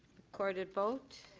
recorded vote.